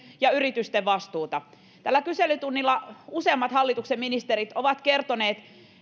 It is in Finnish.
ahneutta ja yritysten vastuuta tällä kyselytunnilla useammat hallituksen ministerit ovat kertoneet